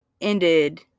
ended